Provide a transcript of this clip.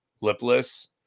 lipless